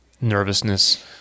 nervousness